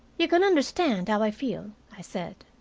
you can understand how i feel, i said.